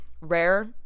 rare